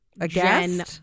again